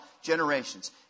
generations